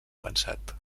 avançat